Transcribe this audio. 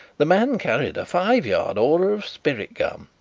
the man carried a five-yard aura of spirit gum,